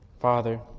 Father